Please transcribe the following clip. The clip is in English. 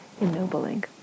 ennobling